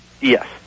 Yes